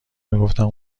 میگفتم